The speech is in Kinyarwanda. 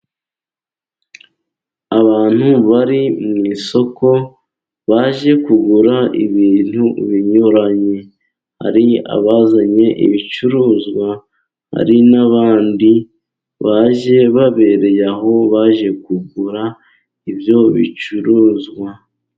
Abantu bari mu isoko baje kugura ibintu binyuranye. Hari abazanye ibicuruzwa, hari n'abandi baje babereye aho baje kugura ibyo bicuruzwa.